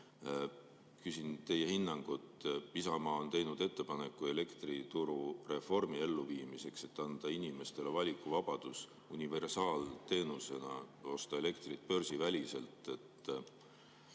Küsin teie hinnangut. Isamaa on teinud ettepaneku elektriturureformi elluviimiseks, et anda inimestele valikuvabadus universaalteenusena osta elektrit börsiväliselt.